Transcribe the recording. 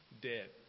dead